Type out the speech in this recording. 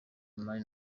money